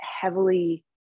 heavily